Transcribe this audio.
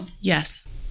Yes